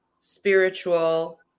spiritual